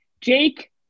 Jake